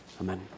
Amen